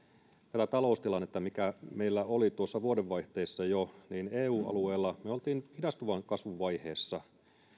vielä taloustilannetta mikä meillä oli tuossa vuodenvaihteessa jo niin eun alueella me olimme hidastuvan kasvun vaiheessa